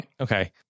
Okay